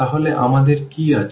তাহলে আমাদের কি আছে